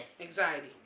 Anxiety